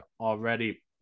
already